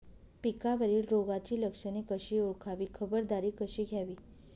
पिकावरील रोगाची लक्षणे कशी ओळखावी, खबरदारी कशी घ्यावी?